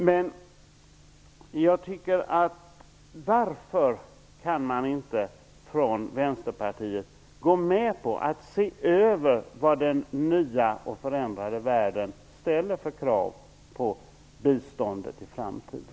Samtidigt undrar jag: Varför kan man från Vänsterpartiets sida inte gå med på att se över vad den nya och förändrade världen ställer för krav på biståndet i framtiden?